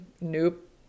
Nope